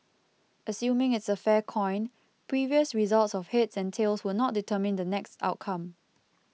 assuming it's a fair coin previous results of heads and tails will not determine the next outcome